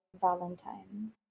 valentine